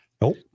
Nope